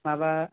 माबा